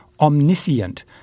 omniscient